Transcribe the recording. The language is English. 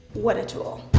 what a tool.